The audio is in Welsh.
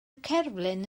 cerflun